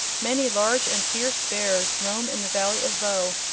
many large and fierce bears roam in the valley of voe,